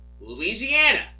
Louisiana